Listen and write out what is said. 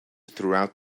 throughout